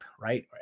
right